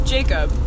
Jacob